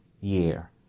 year